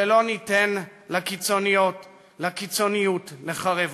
ולא ניתן לקיצוניות לחרב אותם.